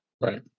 right